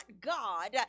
God